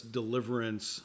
deliverance